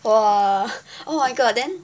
!wah! oh my god then